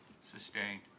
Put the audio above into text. Sustained